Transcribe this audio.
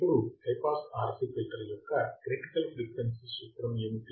ఇప్పుడు high pass RC filter యొక్క critical frequency సూత్రం ఏమిటి